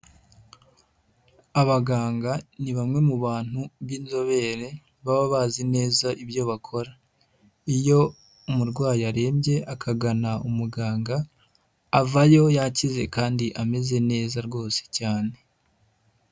Abaganga ni bamwe mu bantu b'inzobere, baba bazi neza ibyo bakora, iyo umurwayi arembye akagana umuganga, avayo yakize kandi ameze neza rwose cyane.